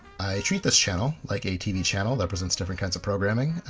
i treat this channel like a tv channel that presents different kinds of programming,